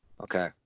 Okay